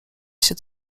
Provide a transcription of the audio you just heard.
się